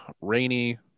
rainy